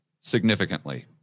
significantly